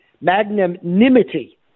magnanimity